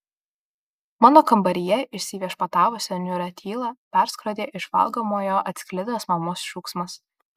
mano kambaryje įsiviešpatavusią niūrią tylą perskrodė iš valgomojo atsklidęs mamos šūksmas